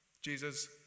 Jesus